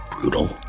brutal